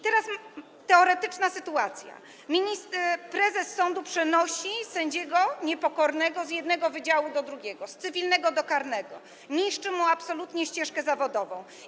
Teraz teoretyczna sytuacja: prezes sądu przenosi niepokornego sędziego z jednego wydziału do drugiego, z cywilnego do karnego, niszczy mu absolutnie ścieżkę zawodową.